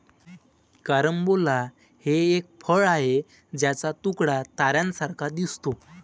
carambola हे एक फळ आहे ज्याचा तुकडा ताऱ्यांसारखा दिसतो